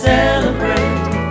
Celebrate